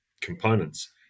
components